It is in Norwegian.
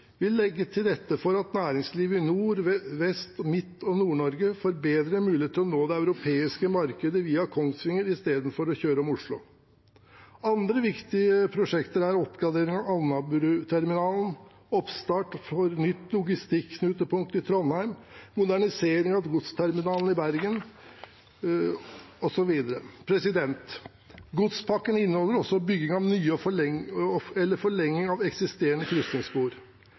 vil også legge til rette for at næringslivet i Nord-, Vest-, Midt- og Nord-Norge får bedre muligheter til å nå det europeiske markedet via Kongsvinger i stedet for å kjøre om Oslo. Andre viktige prosjekter er oppgradering av Alnabruterminalen, oppstart for nytt logistikknutepunkt i Trondheim og modernisering av godsterminalen i Bergen, osv. Godspakken inneholder også bygging av nye, eller forlenging av, eksisterende krysningsspor.